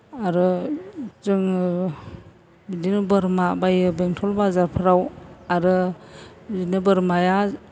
आरो जोङो बिदिनो बोरमा बायो बेंथल बाजारफ्राव आरो बिदिनो बोरमाया